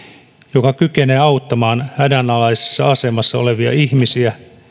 joka kykenee auttamaan hädänalaisessa asemassa olevia ihmisiä